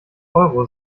euro